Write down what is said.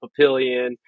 Papillion